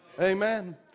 Amen